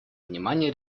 внимание